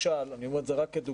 שלמשל ואני אומר את זה רק כדוגמא